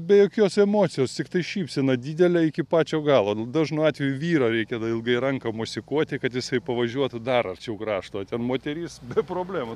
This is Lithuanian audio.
be jokios emocijos tiktai šypsena didelė iki pačio galo dažnu atveju vyro reikia ilgai ranką mosikuoti kad jisai pavažiuotų dar arčiau krašto o ten moteris be problemų